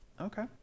Okay